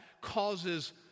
causes